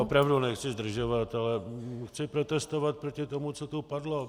Opravdu nechci zdržovat, ale chci protestovat proti tomu, co tu padlo.